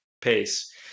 pace